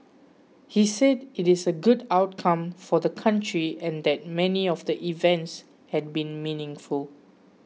he said it is a good outcome for the country and that many of the events had been meaningful